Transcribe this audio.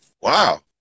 Wow